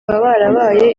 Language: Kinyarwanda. barabaye